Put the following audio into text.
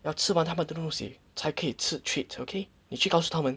要吃完他们的东西才可以吃 treat okay 你去告诉他们